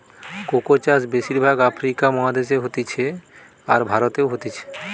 cocoa চাষ বেশির ভাগ আফ্রিকা মহাদেশে হতিছে, আর ভারতেও হতিছে